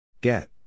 Get